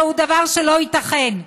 זהו דבר שלא ייתכן.